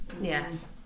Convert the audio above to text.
yes